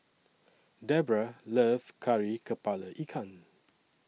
Debroah loves Kari Kepala Ikan